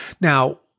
Now